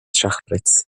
schachbretts